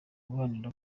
guharanira